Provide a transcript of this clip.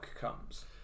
comes